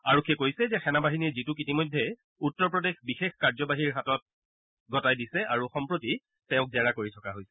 আৰক্ষীয়ে কৈছে যে সেনাবাহিনীয়ে জিতুক ইতিমধ্যে উত্তৰ প্ৰদেশ বিশেষ কাৰ্যবাহীৰ দলৰ হাতত গতাই দিছে আৰু সম্প্ৰতি তেওঁক জেৰা কৰি থকা হৈছে